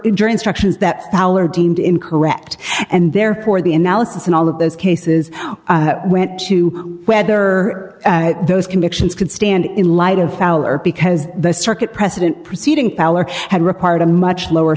injure instructions that our deemed incorrect and therefore the analysis in all of those cases went to whether those convictions could stand in light of power because the circuit precedent proceeding power had required a much lower